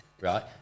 right